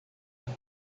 akvo